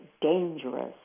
dangerous